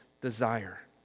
desire